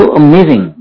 amazing